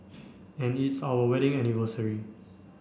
and it's our wedding anniversary